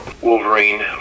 Wolverine